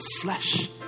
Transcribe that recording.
flesh